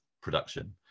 production